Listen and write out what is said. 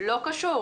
לא קיים.